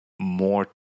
more